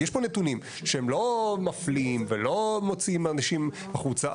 יש פה נתונים שהם לא מפלים ולא מוציאים אנשים החוצה.